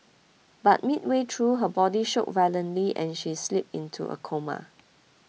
but midway through her body shook violently and she slipped into a coma